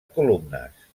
columnes